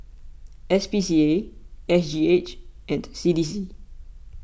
S P C A S G H and C D C